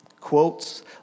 Quotes